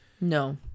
No